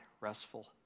restful